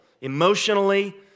emotionally